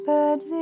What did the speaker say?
Birds